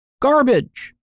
garbage